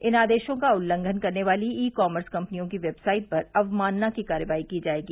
इन आदेशों का उल्लंघन करने वाली ई कॉमर्स कंपनियों की वेबसाइट पर अंवमानना की कार्रवाई की जायेगी